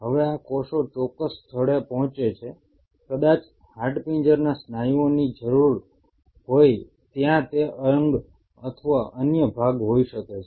હવે આ કોષો ચોક્કસ સ્થળે પહોંચે છે કદાચ હાડપિંજરના સ્નાયુઓની જરૂર હોય ત્યાં તે અંગ અથવા અન્ય ભાગ હોઈ શકે છે